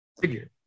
figure